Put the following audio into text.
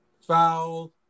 Foul